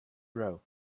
row